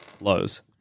Lows